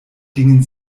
gingen